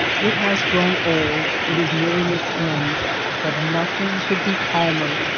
it has grown old, it is nearing its end but nothing could be calmer,